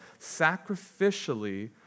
sacrificially